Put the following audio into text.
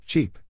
Cheap